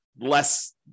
less